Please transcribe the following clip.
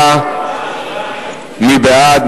מי בעד?